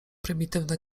prymitywne